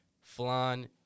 flan